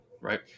right